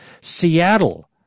Seattle